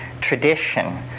tradition